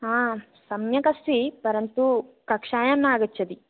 सम्यक् अस्ति परन्तु कक्षायां न आगच्छति